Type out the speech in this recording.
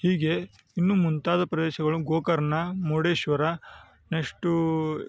ಹೀಗೆ ಇನ್ನು ಮುಂತಾದ ಪ್ರದೇಶಗಳು ಗೋಕರ್ಣ ಮುರುಡೇಶ್ವರ ನೆಸ್ಟೂ